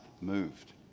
moved